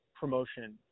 promotion